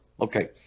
Okay